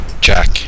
Jack